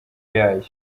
yayo